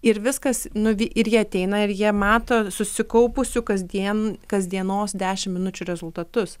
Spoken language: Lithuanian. ir viskas nuvi ir jie ateina ir jie mato susikaupusių kasdien kasdienos dešimt minučių rezultatus